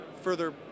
further